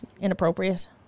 inappropriate